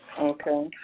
Okay